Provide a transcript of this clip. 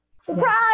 surprise